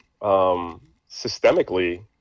systemically